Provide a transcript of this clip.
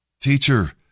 Teacher